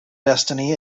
destiny